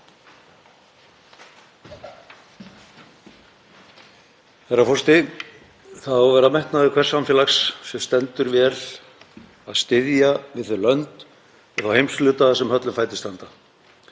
Herra forseti. Það á að vera metnaður hvers samfélags sem stendur vel að styðja við þau lönd og heimshluta sem höllum fæti standa.